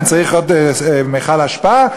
אני צריך עוד מכל אשפה,